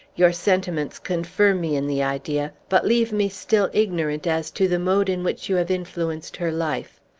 your sentiments confirm me in the idea, but leave me still ignorant as to the mode in which you have influenced her life.